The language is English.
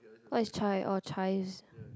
what is chai oh chives